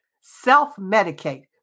self-medicate